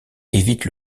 évite